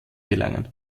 gelangen